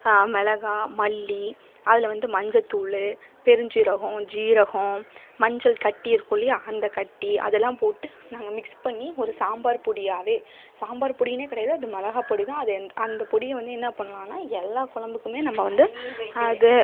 மிளகா மல்லி அதில் வந்து மஞ்சத்தூள் பெருஞ்சீரகம் ஜீரகம் மஞ்சள் கட்டி இருக்கும் இல்லையா அந்த கட்டி அதெல்லாம் போட்டு நாங்கள் மிக்ஸ் பண்ணி ஒரு சாம்பார் பொடியாகவே சாம்பார் பொடின்னே கிடையாது அது மிளகாப்பொடி தான் அதை எந் அந்த பொடியை வந்து என்ன பண்ணலான்னா எல்லா குலம்புக்குமே நம்ம வந்து அதை